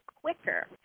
quicker